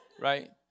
right